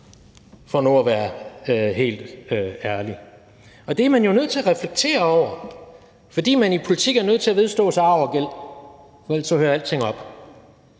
for nu at være helt ærlig, og det er man jo nødt til at reflektere over, fordi man i politik er nødt til at vedstå sig arv og gæld, for ellers hører alting op.